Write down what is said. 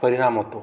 परिणाम होतो